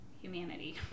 humanity